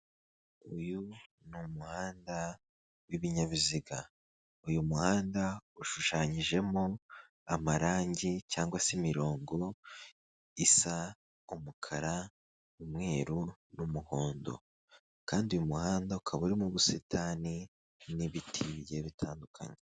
Uyu ni umuhanda w'ibinyabiziga, uyu muhanda ushushanyijemo amarangi cyangwa se imirongo isa umukara n'umweruru n'umuhondo kandi uyu muhanda ukaba urimo ubusitani n'ibiti bigiye bitandukanye.